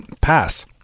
pass